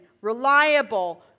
reliable